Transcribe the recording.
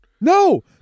No